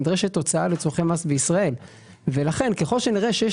נדרשת הוצאה לצורכי מס בישראל ולכן ככל שנראה שיש